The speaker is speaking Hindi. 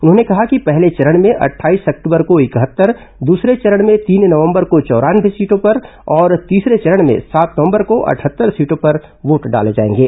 उन्होंने कहा कि पहले चरण में अट्ठाईस अक्टूबर को इकहत्तर दूसरे चरण में तीन नवंबर को चौरानवे सीटों और तीसरे चरण में सात नवंबर को अटहत्तर सीटों पर वोट डाले जाएंगे